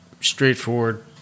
straightforward